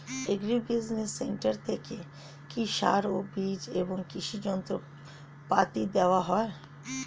Agri business centre থেকে কি সার ও বিজ এবং কৃষি যন্ত্র পাতি দেওয়া হয়?